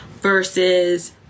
versus